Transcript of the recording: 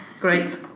Great